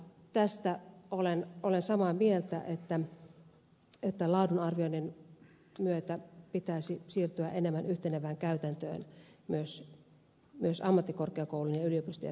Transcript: tästä olen samaa mieltä että laadun arvioinnin myötä pitäisi siirtyä enemmän yhtenevään käytäntöön myös ammattikorkeakoulujen ja yliopistojen välillä